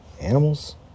animals